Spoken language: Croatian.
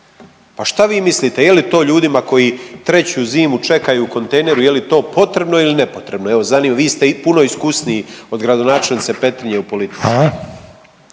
Pa šta vi mislite je li to ljudima koji treću zimu čekaju u kontejneru je li to potrebno ili nepotrebno? Evo zanima me, vi ste puno iskusniji od gradonačelnice Petrinje u politici.